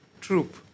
troop